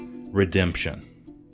redemption